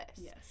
yes